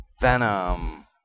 Venom